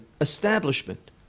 establishment